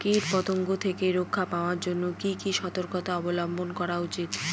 কীটপতঙ্গ থেকে রক্ষা পাওয়ার জন্য কি কি সর্তকতা অবলম্বন করা উচিৎ?